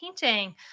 painting